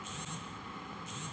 मोती एक कठोर, चमकदार वस्तु है